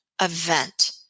event